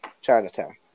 Chinatown